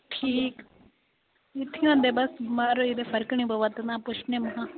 ठीक इत्थैं होंदे बस बमार होई गेदे फर्क नी पवै दा महां पुच्छने महां